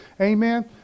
Amen